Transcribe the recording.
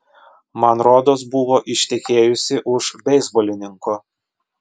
man rodos buvo ištekėjusi už beisbolininko